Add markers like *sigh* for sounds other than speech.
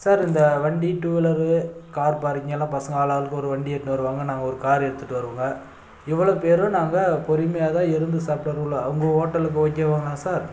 sir இந்த வண்டி two wheeler car பார்க்கிங்கெல்லாம் பசங்க ஆளாளுக்கு ஒரு வண்டி எடுத்துன்னு வருவாங்க நாங்கள் ஒரு கார் எடுத்துட்டு வருவோம்ங்க இவ்வளோ பேரும் நாங்கள் பொறுமையா தான் இருந்து சாப்பிட்டு *unintelligible* உங்கள் ஹோட்டலுக்கு ஓகேவாங்களா சார்